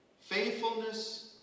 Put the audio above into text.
Faithfulness